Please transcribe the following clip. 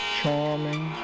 charming